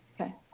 Okay